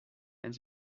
and